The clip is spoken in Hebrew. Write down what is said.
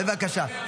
בבקשה.